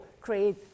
create